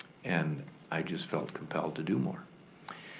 and i just felt compelled to do more.